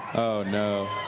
oh, no.